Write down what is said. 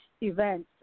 events